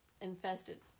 infested